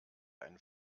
einen